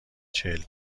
چهل